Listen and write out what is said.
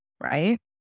right